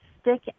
stick